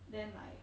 then like